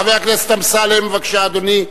חבר הכנסת אמסלם, בבקשה, אדוני.